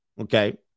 Okay